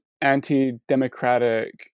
anti-democratic